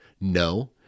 No